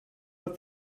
but